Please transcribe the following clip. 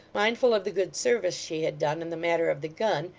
mindful of the good service she had done in the matter of the gun,